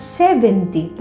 seventy